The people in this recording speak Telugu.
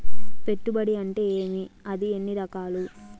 పెట్టుబడి అంటే ఏమి అది ఎన్ని రకాలు